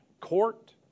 court